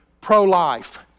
pro-life